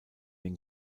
den